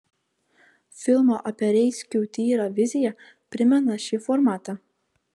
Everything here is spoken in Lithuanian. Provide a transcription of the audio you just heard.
filmo apie reiskių tyrą vizija primena šį formatą